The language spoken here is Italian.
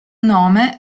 nome